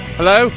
Hello